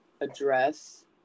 address